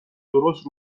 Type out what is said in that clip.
درست